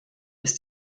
ist